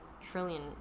trillion